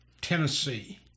Tennessee